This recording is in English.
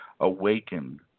awaken